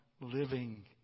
living